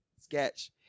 sketch